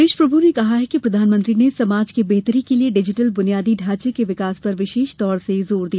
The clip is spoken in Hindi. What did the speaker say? सुरेश प्रभू ने कहा कि प्रधानमंत्री ने समाज की बेहतरी के लिए डिजिटल बुनियादी ढांचे के विकास पर विशेष तौर से जोर दिया